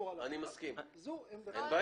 אני מסכים, אני לא רוצה להיכנס לזה.